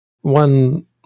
one